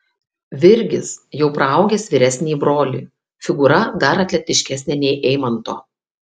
virgis jau praaugęs vyresnįjį brolį figūra dar atletiškesnė nei eimanto